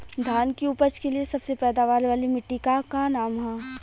धान की उपज के लिए सबसे पैदावार वाली मिट्टी क का नाम ह?